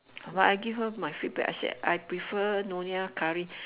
but I give her my feedback I said I prefer nyonya curry